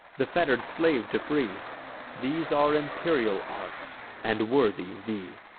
the fetter'd slave to free these are imperial arts, and worthy thee.